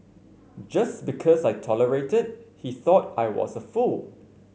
just because I tolerated he thought I was a fool